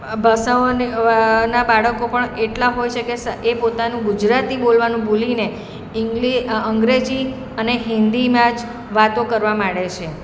ભાષાઓને ના બાળકો પણ એટલાં હોય છે કે એ પોતાનું ગુજરાતી બોલવાનું ભૂલીને અંગ્રેજી અને હિન્દીમાં જ વાતો કરવા માંડે છે